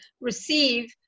receive